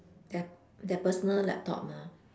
their their personal laptop mah